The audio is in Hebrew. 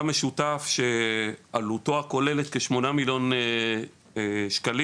משותף שעלותו הכוללת כ-8 מיליון שקלים,